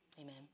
Amen